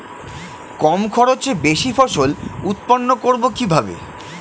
কম খরচে বেশি ফসল উৎপন্ন করব কিভাবে?